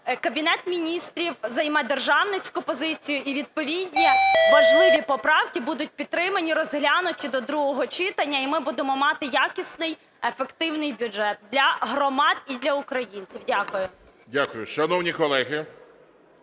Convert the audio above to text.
Кабінет Міністрів займе державницьку позицію і відповідні важливі поправки будуть підтримані і розглянуті до другого читання і ми будемо мати якісний, ефективний бюджет для громад і для українців. Дякую. ГОЛОВУЮЧИЙ. Дякую. Шановні колеги,